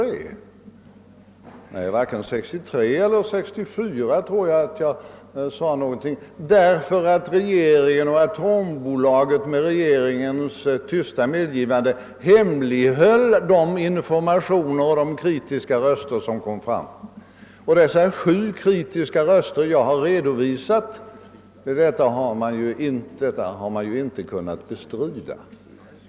Nej, varken 1963 eller 1964 tror jag att jag sade någonting, och det berodde på att regeringen och AB Atomenergi — med regeringens tysta medgivande — hemlighöll de informationer och de kritiska uttalanden som kom fram. De sju kritiska röster jag har redovisat har man ju inte kunnat bestrida.